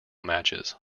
matches